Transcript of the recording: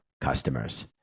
customers